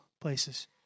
places